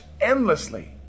endlessly